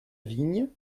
vigne